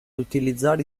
utilizzare